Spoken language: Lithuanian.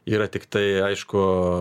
yra tiktai aišku